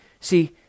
See